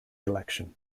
collection